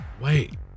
Wait